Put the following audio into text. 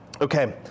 Okay